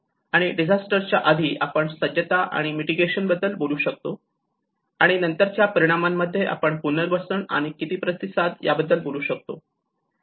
आणि डिजास्टर च्या आधी आपण सज्जता आणि मिटीगेशन बद्दल बोलू शकतो आणि नंतरच्या परिणामांमध्ये आपण पुनर्वसन आणि प्रतिसाद याबद्दल बोलू शकतो